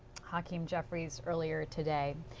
hakeem jeffries earlier today.